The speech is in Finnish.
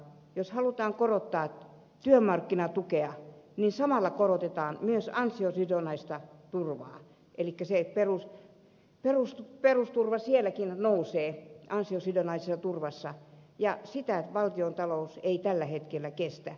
jos halutaan korottaa työmarkkinatukea niin samalla korotetaan myös ansiosidonnaista turvaa elikkä se perusturva sielläkin nousee ja sitä valtiontalous ei tällä hetkellä kestä